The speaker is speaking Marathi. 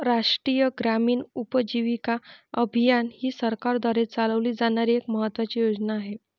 राष्ट्रीय ग्रामीण उपजीविका अभियान ही सरकारद्वारे चालवली जाणारी एक महत्त्वाची योजना आहे